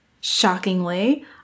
Shockingly